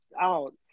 out